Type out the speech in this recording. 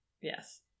Yes